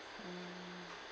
mm